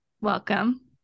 Welcome